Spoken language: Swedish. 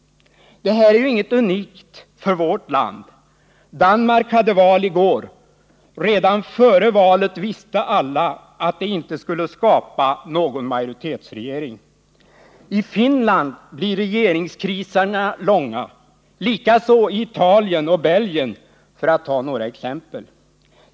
Det här är ju inget unikt för vårt land. Danmark hade val i går. Redan före valet visste alla att det inte skulle skapa någon majoritetsregering. I Finland blir regeringskriserna långa, likaså i Italien och Belgien för att ta några exempel.